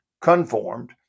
conformed